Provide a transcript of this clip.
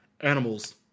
Animals